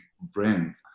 brand